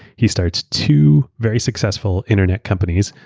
he started two very successful internet companies.